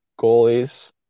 goalies